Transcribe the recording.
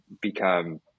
become